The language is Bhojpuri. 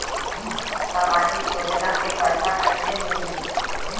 सामाजिक योजना के पैसा कइसे मिली?